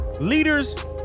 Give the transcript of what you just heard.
Leaders